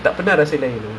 that's another you